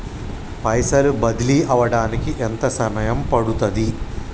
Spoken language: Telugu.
పైసలు బదిలీ అవడానికి ఎంత సమయం పడుతది?